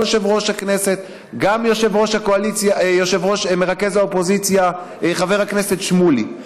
גם יושב-ראש הכנסת וגם מרכז האופוזיציה חבר הכנסת שמולי.